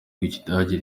rw’ikidage